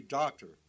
doctor